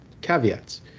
caveats